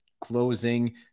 closing